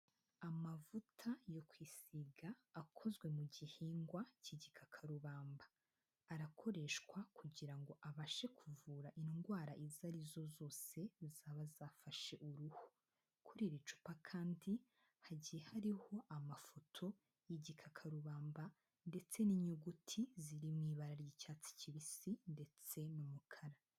Amavuta yo kwisiga akozwe mu gihingwa kigikakarubamba, arakoreshwa kugira ngo abashe kuvura indwara izo arizo zose zaba zafashe uruhu, kuri iri cupa kandi hagiye hariho amafoto y'igikakarubamba ndetse n'inyuguti ziri mu ibara ry'icyatsi kibisi ndetse n'umukara.